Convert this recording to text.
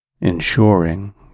ensuring